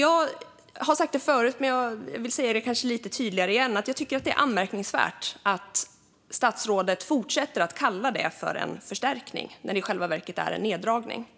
Jag har sagt det förut och säger det igen: Jag tycker att det är anmärkningsvärt att statsrådet fortsätter att kalla detta för en förstärkning när det i själva verket är en neddragning.